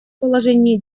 положении